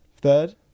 Third